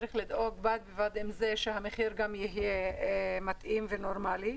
ובד בבד עם זה צריך לדאוג שהמחיר יהיה מתאים ונורמלי.